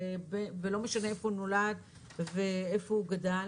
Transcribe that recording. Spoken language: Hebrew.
לא משנה איפה הוא נולד ואיפה הוא גדל,